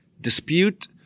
dispute